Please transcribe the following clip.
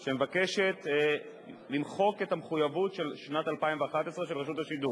שמבקשת למחוק את המחויבות של שנת 2011 של רשות השידור,